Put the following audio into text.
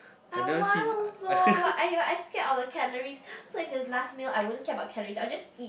I want also but !aiyo! I scared of the calories so if it's last meal I wouldn't care about calories I'll just eat